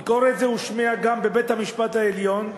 ביקורת זו הושמעה גם בבית-המשפט העליון,